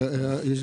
לוין,